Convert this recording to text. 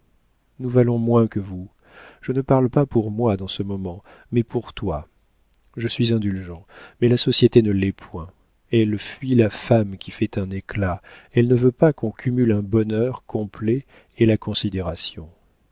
nous valons moins que vous je ne parle pas pour moi dans ce moment mais pour toi je suis indulgent mais la société ne l'est point elle fuit la femme qui fait un éclat elle ne veut pas qu'on cumule un bonheur complet et la considération